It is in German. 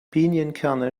pinienkerne